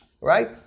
right